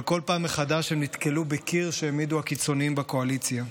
אבל בכל פעם מחדש הם נתקלו בקיר שהעמידו הקיצוניים בקואליציה.